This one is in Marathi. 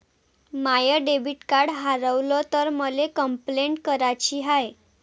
माय डेबिट कार्ड हारवल तर मले कंपलेंट कराची हाय